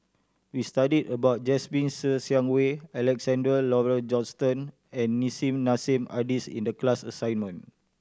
we studied about Jasmine Ser Xiang Wei Alexander Laurie Johnston and Nissim Nassim Adis in the class assignment